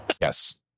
Yes